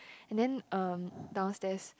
and then um downstairs